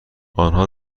آنها